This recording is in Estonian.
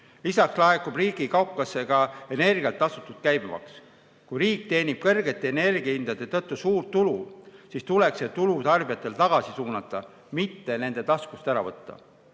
Lisaks laekub riigi kaukasse ka energialt tasutud käibemaks. Kui riik teenib kõrgete energiahindade tõttu suurt tulu, siis tuleks see tulu tarbijatele tagasi suunata, mitte nende taskust ära võtta.